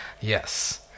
Yes